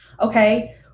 okay